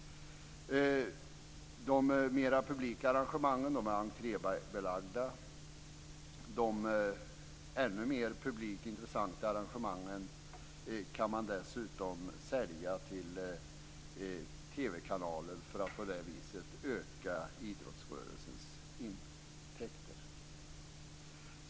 De mera publika arrangemangen är entrébelagda. De ännu mera publikt intressanta arrangemangen kan man dessutom sälja till TV-kanaler för att på det viset öka idrottsrörelsens intäkter.